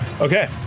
Okay